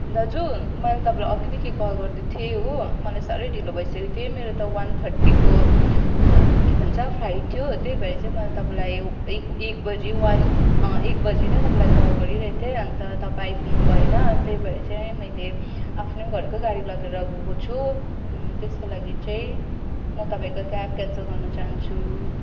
दाजु मैले तपाईँलाई अघि देखिको कल गर्दै थिएँ हो मलाई साह्रै ढिलो भइसकेको थियो मेरो त वन थ्रटीको के भन्छ फ्लाइट थियो त्यही भएर चाहिँ मैले तपाईँलाई एक एक बजी वन एक बजी नै तपाईँलाई कल गरिरहेको थिएँ अन्त तपाईँ आइपुग्नु भएन त्यही भएर चाहिँ मैले आफ्नै घरकै गाडी लगेर गएको छु त्यसको लागि चाहिँ म तपाईँको क्याब क्यान्सल गर्न चहान्छु